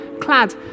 clad